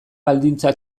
baldintza